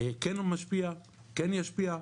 כן הוא משפיע, כן ישפיע.